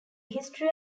history